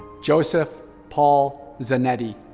joseph paul zannetti.